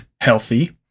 healthy